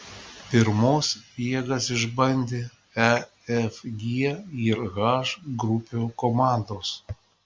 pirmos jėgas išbandė e f g ir h grupių komandos